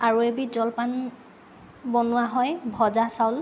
আৰু এবিধ জলপান বনোৱা হয় ভজা চাউল